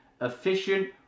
efficient